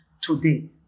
today